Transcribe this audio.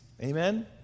Amen